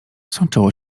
sączyło